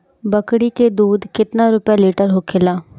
बकड़ी के दूध केतना रुपया लीटर होखेला?